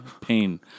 pain